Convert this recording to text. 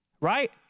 Right